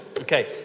Okay